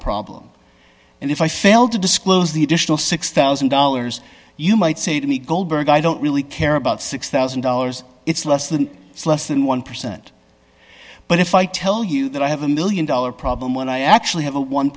problem and if i failed to disclose the additional six thousand dollars you might say to me goldberg i don't really care about six thousand dollars it's less than less than one percent but if i tell you that i have a one million dollars problem when i actually have a one